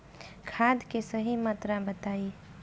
खाद के सही मात्रा बताई?